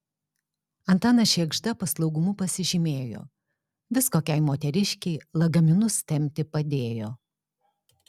antanas šėgžda paslaugumu pasižymėjo vis kokiai moteriškei lagaminus tempti padėjo